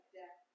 death